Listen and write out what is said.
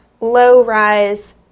low-rise